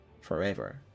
forever